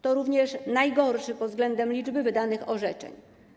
To również najgorszy rok pod względem liczby wydanych orzeczeń.